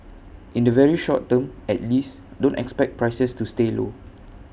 in the very short term at least don't expect prices to stay low